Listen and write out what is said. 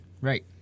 right